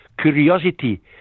Curiosity